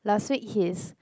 last week his